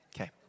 okay